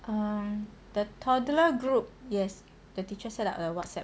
um the toddler group yes the teacher set up a whatsapp